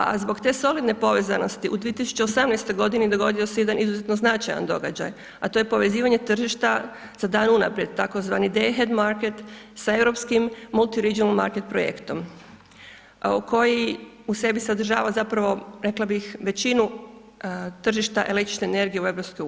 A zbog te solidne povezanosti u 2018. dogodio se jedan izuzetno značajan događaj a to je povezivanje tržišta za dan unaprijed tzv. ... market sa europskim multi regional market projektom koji u sebi sadržava zapravo rekla bih većinu tržišta električne energije u EU.